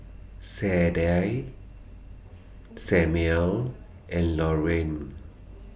Sadye Samual and Lorraine